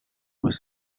was